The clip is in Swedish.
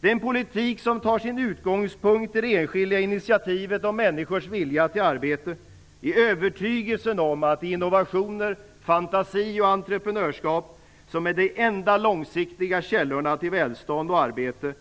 Det är en politik som tar sin utgångspunkt i det enskilda initiativet och i människors vilja till arbete, i övertygelsen om att det är innovationer, fantasi och entreprenörskap som är de enda långsiktiga källorna till välstånd och arbete.